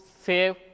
save